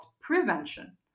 prevention